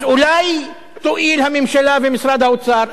אז אולי יואילו הממשלה ומשרד האוצר,